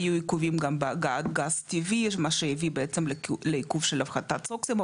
היו עיכובים גם בגז טבעי מה שהביא בעצם לעיכוב של הפחתת סוקסמול,